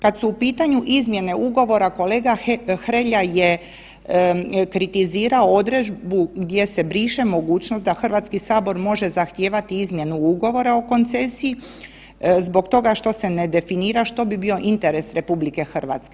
Kad su u pitanju izmjene ugovora kolega Hrelja je kritizirao odredbu gdje se briše mogućnost da HS može zahtijevati izmjenu Ugovora o koncesiji zbog toga što se ne definira što bi bio interes RH.